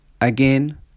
again